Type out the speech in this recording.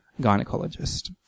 gynecologist